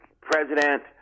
president